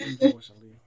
unfortunately